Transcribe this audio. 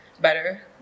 better